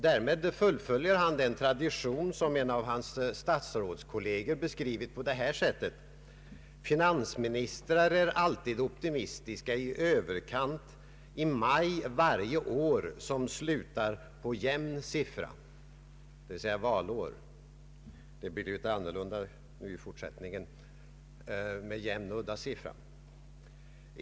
Därmed fullföljer han den tradition som en av hans f. d. statsrådskolleger beskriver på följande sätt: Finansministrar är alltid optimistiska i överkant i maj varje år som slutar på jämn siffra, d.v.s. valår. — Det blir ju annorlunda i fortsättningen vad beträffar jämn och udda siffra.